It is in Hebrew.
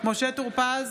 משה טור פז,